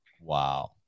Wow